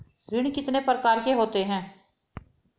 ऋण कितने प्रकार के होते हैं?